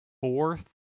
fourth